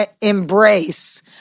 embrace